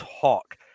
talk